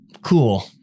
Cool